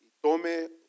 tome